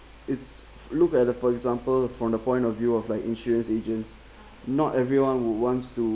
it's look at the for example from the point of view of like insurance agents not everyone would wants to